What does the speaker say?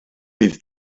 bydd